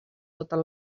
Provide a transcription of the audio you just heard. totes